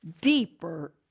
deeper